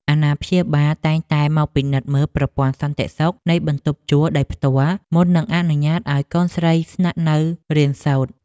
អាណាព្យាបាលតែងតែមកពិនិត្យមើលប្រព័ន្ធសន្តិសុខនៃបន្ទប់ជួលដោយផ្ទាល់មុននឹងអនុញ្ញាតឱ្យកូនស្រីស្នាក់នៅរៀនសូត្រ។